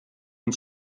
uns